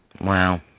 Wow